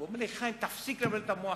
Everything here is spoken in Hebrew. הוא אומר לי: חיים, תפסיק לבלבל את המוח.